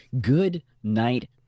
Goodnight